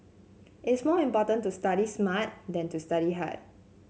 it is more important to study smart than to study hard